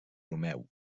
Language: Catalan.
romeu